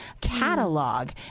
catalog